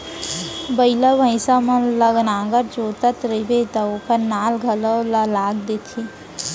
बइला, भईंसा मन ल नांगर जोतत रइबे त ओकर नाल घलौ ल लाग देथे